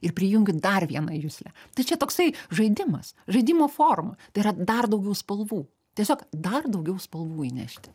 ir prijungiu dar vieną juslę tai čia toksai žaidimas žaidimo forma tai yra dar daugiau spalvų tiesiog dar daugiau spalvų įnešti